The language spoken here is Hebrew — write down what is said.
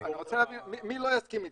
אני רוצה להבין מי לא יסכים איתם.